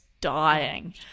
dying